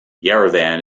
yerevan